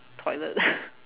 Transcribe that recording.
toilet